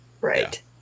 right